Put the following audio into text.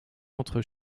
entre